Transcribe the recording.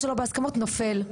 מה שלא בהסכמות, נופל.